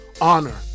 Honor